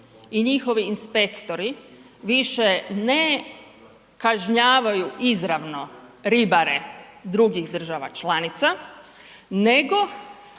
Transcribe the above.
i njihovi inspektori više ne kažnjavaju izravno ribare drugih država članica,